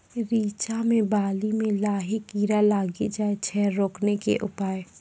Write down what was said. रिचा मे बाली मैं लाही कीड़ा लागी जाए छै रोकने के उपाय?